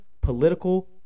political